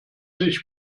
sich